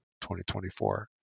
2024